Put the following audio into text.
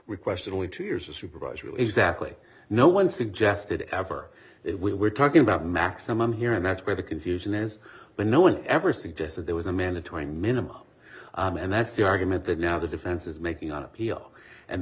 requested only two years of supervised to exactly no one suggested ever we were talking about maximum here and that's where the confusion is but no one ever suggested there was a mandatory minimum and that's the argument that now the defense is making on appeal and